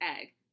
egg